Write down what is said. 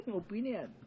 opinion